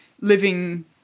living